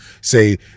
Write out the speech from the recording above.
say